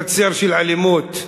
חצר של אלימות.